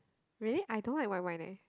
really I don't like white wine eh